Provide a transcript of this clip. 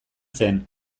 zen